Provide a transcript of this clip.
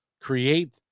create